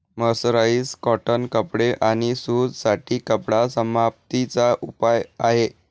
mercerise cotton कपडे आणि सूत साठी कपडा समाप्ती चा उपाय आहे